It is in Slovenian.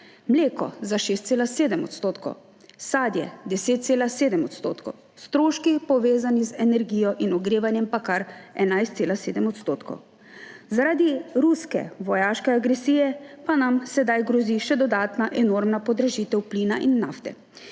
mleko za 6,7 %, sadje – 10,7 %, stroški, povezani z energijo in ogrevanjem, pa kar 11,7 %. Zaradi ruske vojaške agresije pa nam sedaj grozi še dodatna enormna podražitev plina in nafte,